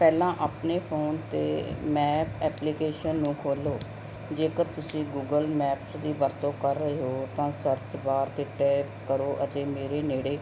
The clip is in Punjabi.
ਪਹਿਲਾਂ ਆਪਣੇ ਫੋਨ 'ਤੇ ਮੈਪ ਐਪਲੀਕੇਸ਼ਨ ਨੂੰ ਖੋਲ੍ਹੋ ਜੇਕਰ ਤੁਸੀਂ ਗੂਗਲ ਮੈਪਸ ਦੀ ਵਰਤੋਂ ਕਰ ਰਹੇ ਹੋ ਤਾਂ ਸਰਚ ਬਾਰ 'ਤੇ ਟੈਪ ਕਰੋ ਅਤੇ ਮੇਰੇ ਨੇੜੇ